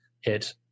hit